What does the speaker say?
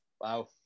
Wow